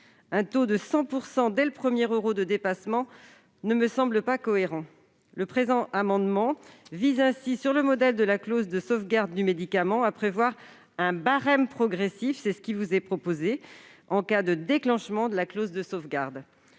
Un taux de 100 % dès le premier euro de dépassement ne me semble pas cohérent. Le présent amendement vise ainsi, sur le modèle de la clause de sauvegarde du médicament, à prévoir un barème progressif en cas de déclenchement de la clause de sauvegarde.